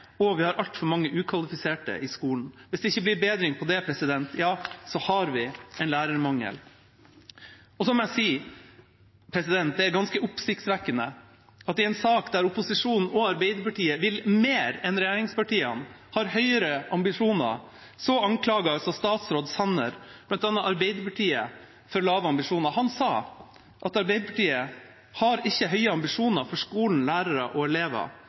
ukvalifiserte i skolen. Hvis det ikke blir en bedring av dette, ja, så har vi en lærermangel. Det er ganske oppsiktsvekkende at statsråd Sanner – i en sak der opposisjonen, inkludert Arbeiderpartiet, vil mer enn regjeringspartiene og har høyere ambisjoner – anklager bl.a. Arbeiderpartiet for å ha lave ambisjoner. Han sa at Arbeiderpartiet ikke har høye ambisjoner for skolen, lærerne og elevene, fordi Arbeiderpartiet er imot avskilting av erfarne lærere og